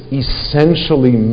essentially